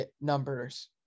numbers